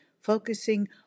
focusing